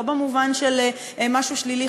לא במובן של משהו שלילי,